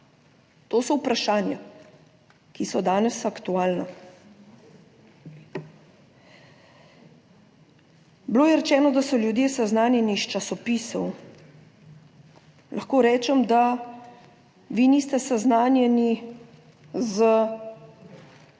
To so vprašanja, ki so danes aktualna. Bilo je rečeno, da so ljudje seznanjeni iz časopisov. Lahko rečem, da vi niste seznanjeni s stališčem